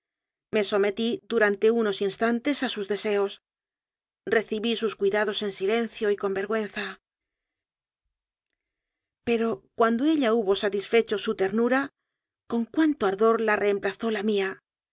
me sometí durante unos instantes a sus deseos re cibí sus cuidados en silencio y con vergüenza pero cuando ella hubo satisfecho su ternura con cuánto ardor la reemplazó la mía